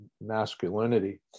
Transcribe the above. masculinity